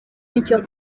nicyo